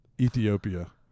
ethiopia